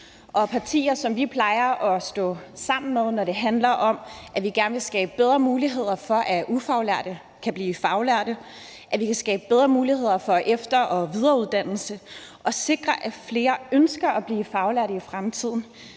partier, som vi plejer at stå sammen med, når det handler om, at vi gerne vil skabe bedre muligheder for, at ufaglærte kan blive faglærte, og at vi kan skabe bedre muligheder for efter- og videreuddannelse og sikre, at flere ønsker at blive faglærte i fremtiden.